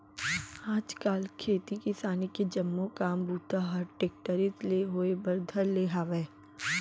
आज काल खेती किसानी के जम्मो काम बूता हर टेक्टरेच ले होए बर धर ले हावय